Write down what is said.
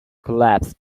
collapsed